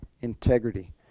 integrity